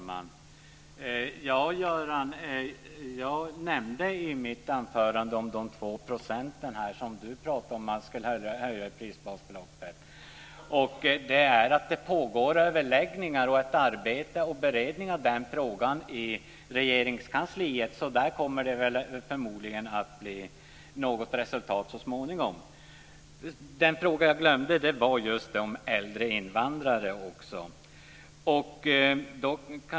Fru talman! Jag nämnde i mitt anförande de 2 % som Göran Lindblad pratade om att prisbasbeloppet skulle höjas. Det pågår överläggningar och beredning av den frågan i Regeringskansliet. Där kommer det förmodligen att bli något resultat så småningom. Jag glömde frågan om äldre invandrare.